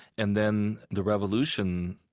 and then the revolution,